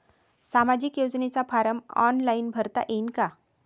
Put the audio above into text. सामाजिक योजनेचा form online भरता येईन का?